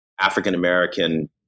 African-American